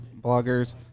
bloggers